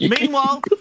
Meanwhile